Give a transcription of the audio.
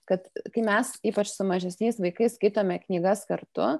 kad kai mes ypač su mažesniais vaikais skaitome knygas kartu